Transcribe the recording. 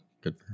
Good